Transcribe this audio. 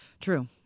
True